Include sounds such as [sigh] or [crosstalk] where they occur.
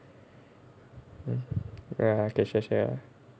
[noise] ya can share share ah